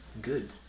good